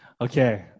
Okay